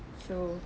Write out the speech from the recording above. so